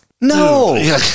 No